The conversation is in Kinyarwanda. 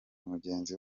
mugenzi